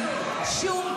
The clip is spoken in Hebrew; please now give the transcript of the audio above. שמרגישים, את מבינה את הסכנה?